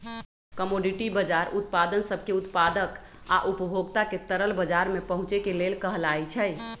commodity बजार उत्पाद सब के उत्पादक आ उपभोक्ता के तरल बजार में पहुचे के लेल कहलाई छई